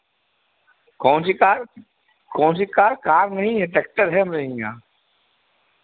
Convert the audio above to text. कौन सी कार कौन सी कार कार नहीं है ट्रैक्टर है हमारे हियाँ